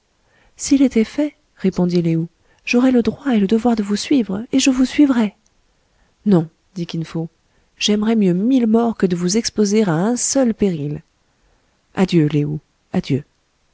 s'il était fait répondit lé ou j'aurais le droit et le devoir de vous suivre et je vous suivrais non dit kin fo j'aimerais mieux mille morts que de vous exposer à un seul péril adieu lé ou adieu